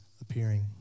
appearing